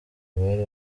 bari